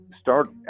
start